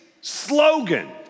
slogan